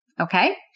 okay